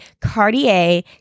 Cartier